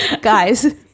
Guys